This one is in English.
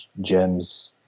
gems